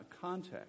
context